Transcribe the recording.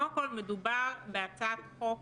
קודם כול מדובר בהצעת חוק